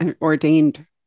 ordained